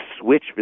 switch